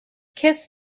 kiss